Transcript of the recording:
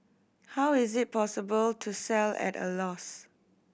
how is it possible to sell at a loss